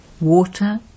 Water